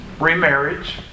remarriage